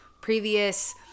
previous